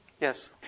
Yes